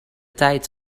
tijd